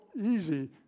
easy